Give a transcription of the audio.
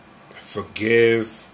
forgive